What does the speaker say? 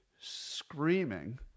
screaming